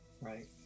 Right